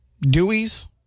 Dewey's